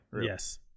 Yes